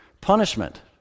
punishment